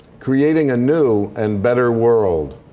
creating a new and better world.